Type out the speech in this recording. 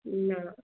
না